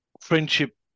friendship